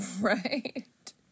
Right